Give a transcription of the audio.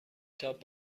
تاپ